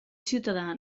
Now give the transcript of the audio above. ciutadà